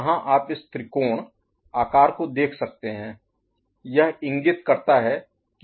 जहां आप इस त्रिकोण आकार को देख सकते हैं यह इंगित करता है कि एज ट्रिगर्ड है